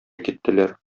киттеләр